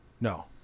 No